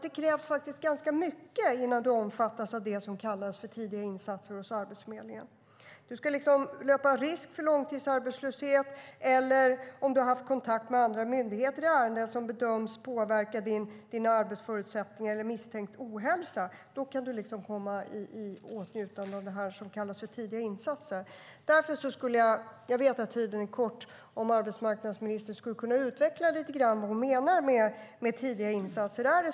Det krävs ganska mycket innan man omfattas av det som kallas för tidiga insatser hos Arbetsförmedlingen. Man ska löpa risk för långtidsarbetslöshet eller ha haft kontakt med andra myndigheter i ärenden som bedöms påverka ens arbetsförutsättningar. Det kan också handla om misstänkt ohälsa. Då kan man komma i åtnjutande av det som kallas för tidiga insatser. Jag vet att tiden är kort, men jag undrar om arbetsmarknadsministern skulle kunna utveckla lite grann vad hon menar med tidiga insatser.